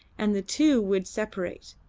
and the two would separate,